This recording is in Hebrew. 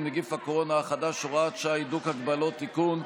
נגיף הקורונה החדש (הוראת שעה) (הידוק הגבלות) (תיקון),